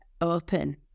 open